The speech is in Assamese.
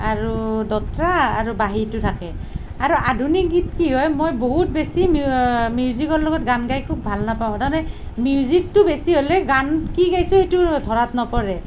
আৰু দোতাৰা আৰু বাঁহীটো থাকে আৰু আধুনিক গীত কি হয় মই বহুত বেছি মিউজিকৰ লগত গান গাই খুব ভাল নাপাওঁ তাৰমানে মিজিউকটো বেছি হ'লে গান কি গাইছোঁ এইটো ধৰাত নপৰে